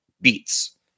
beats